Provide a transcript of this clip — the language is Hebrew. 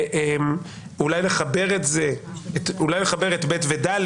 אולי לחבר את (ב) ו-(ג)